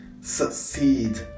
succeed